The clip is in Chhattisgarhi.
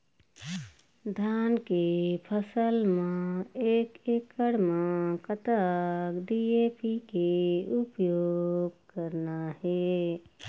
धान के फसल म एक एकड़ म कतक डी.ए.पी के उपयोग करना हे?